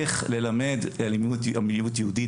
איך ללמד מיעוט יהודית,